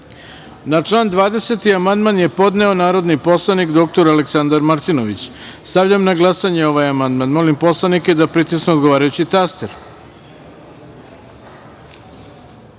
član 32. amandman je podneo narodni poslanik dr Aleksandar Martinović. Stavljam na glasanje ovaj amandman. Molim narodne poslanike da pritisnu odgovarajući